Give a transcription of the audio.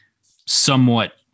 somewhat